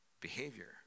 behavior